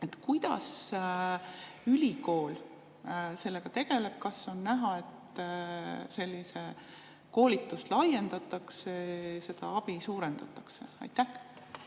Kuidas ülikool sellega tegeleb? Kas on näha, et sellist koolitust laiendatakse, seda abi suurendatakse? Suur